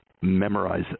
memorize